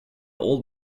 old